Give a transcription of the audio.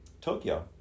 Tokyo